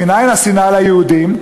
מנין השנאה ליהודים?